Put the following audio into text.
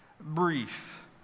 brief